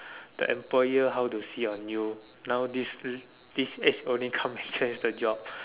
the employer how to see on you now this this age only come and change the job